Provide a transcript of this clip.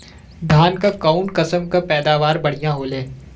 धान क कऊन कसमक पैदावार बढ़िया होले?